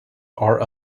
are